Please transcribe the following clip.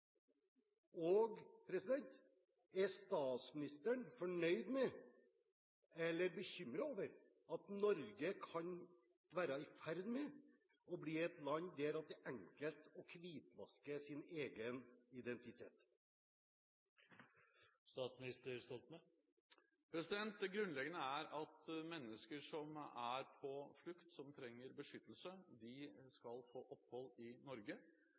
Er statsministeren fornøyd med eller bekymret over at Norge kan være i ferd med å bli et land der det er enkelt å hvitvaske sin egen identitet? Det grunnleggende er at mennesker som er på flukt, og som trenger beskyttelse, skal få opphold i Norge.